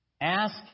Ask